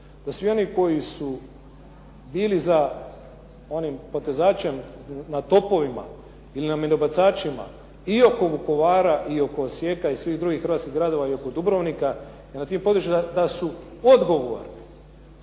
da svi oni koji su bili za onim potezačem na topovima ili na minobacačima i oko Vukovara i oko Osijeka, i svih drugih hrvatskih gradova i oko Dubrovnika, na tim područjima da su odgovorni,